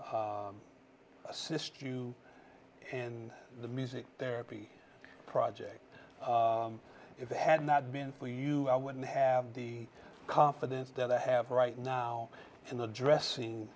t you in the music therapy project if it had not been for you i wouldn't have the confidence that i have right now in the dressing